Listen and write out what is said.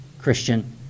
Christian